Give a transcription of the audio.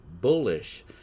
bullish